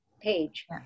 page